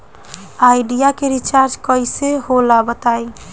Idea के recharge कइसे होला बताई?